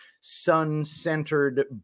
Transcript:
sun-centered